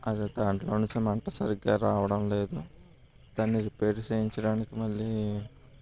అది దాంట్లో నుంచి మంట సరిగారావడం లేదు దాన్ని రిపేర్ చేయించడానికి మళ్ళీ